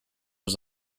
was